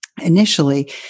initially